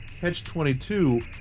catch-22